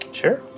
sure